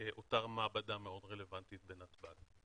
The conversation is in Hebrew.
אותה מעבדה מאוד רלוונטית בנתב"ג.